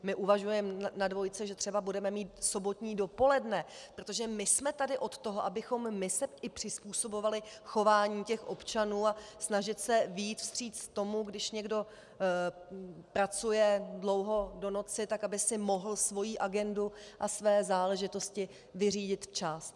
My uvažujeme na dvojce, že třeba budeme mít sobotní dopoledne, protože my jsme tady od toho, abychom my se i přizpůsobovali chování občanů, a snažit se vyjít vstříc tomu, když někdo pracuje dlouho do noci, tak aby si mohl svoji agendu a své záležitosti vyřídit včas.